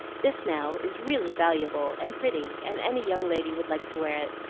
this, now, is really valuable and pretty, and any young lady would like to wear it.